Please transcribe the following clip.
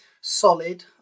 solid